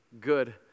good